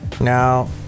Now